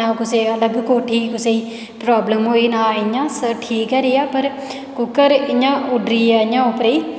नां कुसै अलग कोठी कुसै गी प्राब्लम होई ना इ'यां सब ठीक गै रेहा पर कुक्कर इ'यां उड्डरी गेया इ'यां उप्परै गी